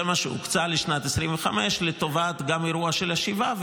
זה מה שהוקצה לשנת 2025 לטובת האירוע של 7 באוקטובר,